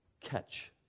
catch